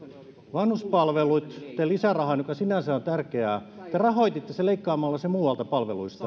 vanhuspalveluitten lisärahan joka sinänsä on tärkeää leikkaamalla sen muualta palveluista